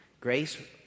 Grace